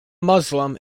muslim